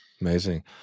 amazing